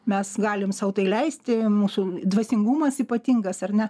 mes galim sau tai leisti mūsų dvasingumas ypatingas ar ne